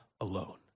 alone